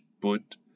put